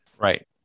Right